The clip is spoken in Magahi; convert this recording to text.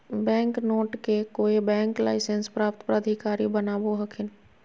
बैंक नोट के कोय बैंक लाइसेंस प्राप्त प्राधिकारी बनावो हखिन